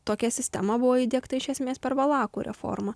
tokia sistema buvo įdiegta iš esmės per valakų reformą